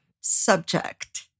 Subject